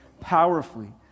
powerfully